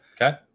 Okay